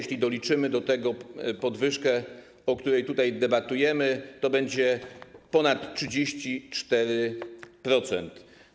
Jeśli doliczymy do tego podwyżkę, o której tutaj debatujemy, to będzie to ponad 34%.